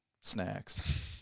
snacks